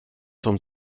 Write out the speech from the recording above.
som